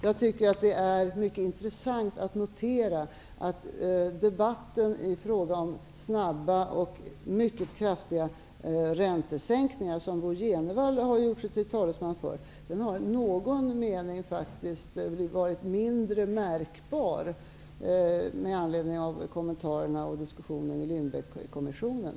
Jag tycker att det är mycket intressant att notera att debatten i fråga om snabba och mycket kraftiga räntesänkningar, som Bo Jenevall har gjort sig till talesman för, i någon mening faktiskt har varit mindre märkbar med anledning av kommentarerna och diskussionerna i Lindbeckkommissionen.